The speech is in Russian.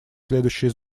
следующие